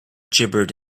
gibbered